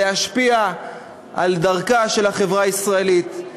להשפיע על דרכה של החברה הישראלית,